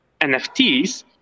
NFTs